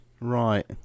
Right